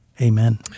Amen